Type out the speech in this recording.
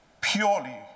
purely